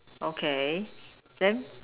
okay then